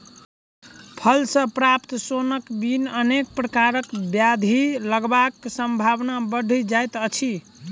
फल सॅ प्राप्त सोनक बिन अनेक प्रकारक ब्याधि लगबाक संभावना बढ़ि जाइत अछि